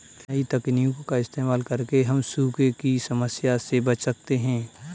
नई तकनीकों का इस्तेमाल करके हम सूखे की समस्या से बच सकते है